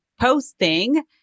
posting